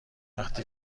وقتی